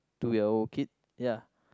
two year old kid ya